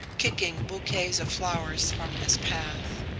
kicking bouquets of flowers from his path.